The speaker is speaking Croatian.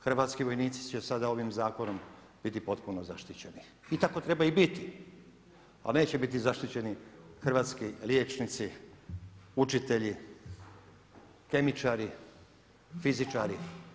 Hrvatski vojnici će sada ovim zakonom biti potpuno zaštićeni i tako treba i biti, a neće biti zaštićeni hrvatski liječnici, učitelji, kemičari, fizičari.